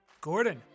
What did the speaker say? Gordon